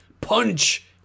punch